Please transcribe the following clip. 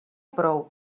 prou